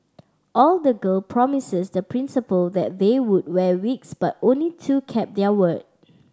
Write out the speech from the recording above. all the girl promised the Principal that they would wear wigs but only two kept their word